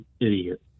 idiot